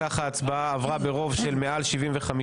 אם כך, ההצבעה עברה ברוב של מעל 75%,